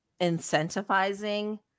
incentivizing